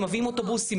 הם מביאים אוטובוסים.